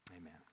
Amen